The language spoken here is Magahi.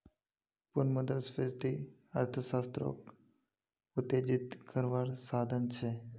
पुनः मुद्रस्फ्रिती अर्थ्शाश्त्रोक उत्तेजित कारवार साधन छे